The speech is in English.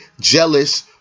jealous